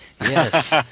Yes